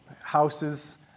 houses